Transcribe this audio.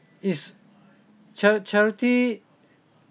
is cha~ charity